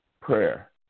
prayer